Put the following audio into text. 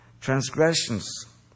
transgressions